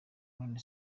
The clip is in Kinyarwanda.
none